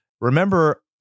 Remember